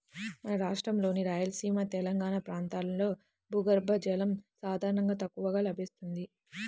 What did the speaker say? మన రాష్ట్రంలోని రాయలసీమ, తెలంగాణా ప్రాంతాల్లో భూగర్భ జలం సాధారణంగా తక్కువగా లభిస్తుంది